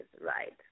right